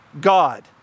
God